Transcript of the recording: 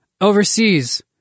Overseas